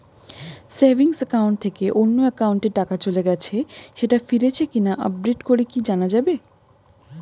Savings account থেকে অন্য একাউন্টে টাকা চলে গেছে সেটা ফিরেছে কিনা আপডেট করে কি জানা যাবে?